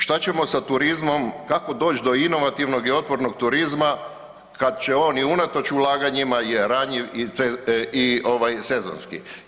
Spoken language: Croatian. Što ćemo sa turizmom, kako doći do inovativnog i otvorenog turizma kad će on i unatoč ulaganjima i je ranjiv i sezonski.